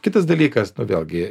kitas dalykas nu vėlgi